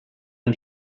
and